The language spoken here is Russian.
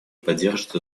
поддержат